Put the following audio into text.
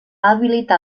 habilitar